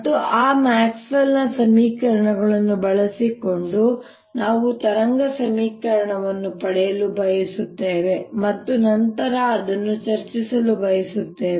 ಮತ್ತು ಆ ಮ್ಯಾಕ್ಸ್ವೆಲ್ ನ ಸಮೀಕರಣಗಳನ್ನು ಬಳಸಿಕೊಂಡು ನಾವು ತರಂಗ ಸಮೀಕರಣವನ್ನು ಪಡೆಯಲು ಬಯಸುತ್ತೇವೆ ಮತ್ತು ನಂತರ ಅದನ್ನು ಚರ್ಚಿಸಲು ಬಯಸುತ್ತೇವೆ